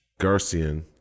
Garcian